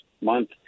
month